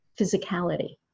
physicality